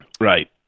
right